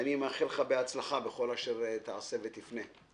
אני מאחל לך הצלחה בכל אשר תרצה ותפנה.